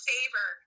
favor